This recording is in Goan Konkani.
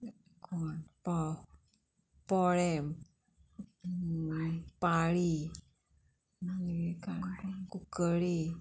पा पोळेंम पाळी कुंकळी